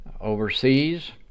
overseas